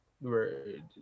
word